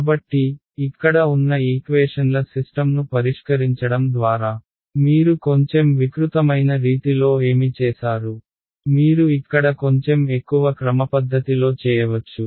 కాబట్టి ఇక్కడ ఉన్న ఈక్వేషన్ల సిస్టమ్ను పరిష్కరించడం ద్వారా మీరు కొంచెం వికృతమైన రీతిలో ఏమి చేసారు మీరు ఇక్కడ కొంచెం ఎక్కువ క్రమపద్ధతిలో చేయవచ్చు